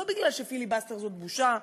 לא בגלל שפיליבסטר זאת בושה,